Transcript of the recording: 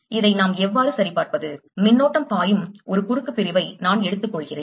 இதை நாம் எவ்வாறு சரிபார்ப்பது மின்னோட்டம் பாயும் ஒரு குறுக்கு பிரிவை நான் எடுத்துக்கொள்கிறேன்